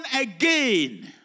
again